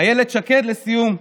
אילת שקד, לסיום,